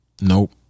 nope